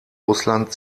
russland